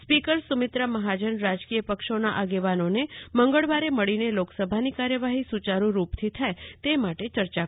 speaker Sumitra Mahajan રાજકીય પક્ષોના આગેવાનોને મંગળવારે મળીને લોકસભાની કાર્યવાહી સુચારૂરૂપથી થાય તે માટે ચર્ચા કરશે